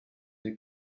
the